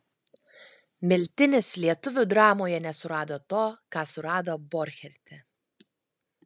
miltinis lietuvių dramoje nesurado to ką surado borcherte